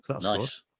Nice